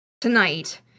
tonight